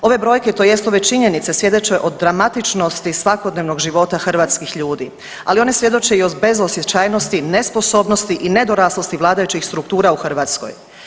Ove brojke tj. ove činjenice svjedoče o dramatičnosti svakodnevnog života hrvatskih ljudi, ali one svjedoče i o bezosjećajnosti, nesposobnosti i nedoraslosti vladajućih struktura u Hrvatskoj.